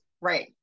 right